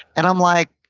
and i'm like,